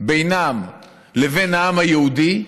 בינם לבין העם היהודי,